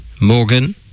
Morgan